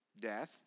death